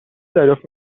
دریافت